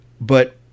But-